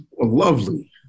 Lovely